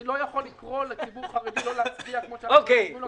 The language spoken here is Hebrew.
אני לא יכול לקרוא לציבור החרדי לא להצביע כמו שהרבנים אמרו לו.